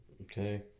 okay